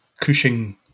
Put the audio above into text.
Cushing